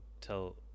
tell